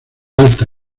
alta